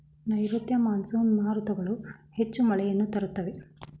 ನೈರುತ್ಯ ಮಾನ್ಸೂನ್ ಮಾರುತಗಳು ಹೆಚ್ಚು ಮಳೆಯನ್ನು ತರುತ್ತವೆ